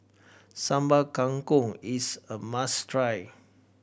Sambal Kangkong is a must try